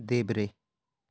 देब्रे